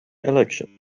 election